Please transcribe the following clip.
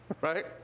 Right